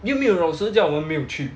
又没有老师叫我们没有去